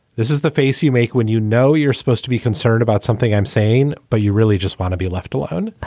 this is the face you make when you know you're supposed to be concerned about something i'm saying, but you really just want to be left alone.